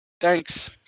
Thanks